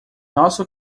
nosso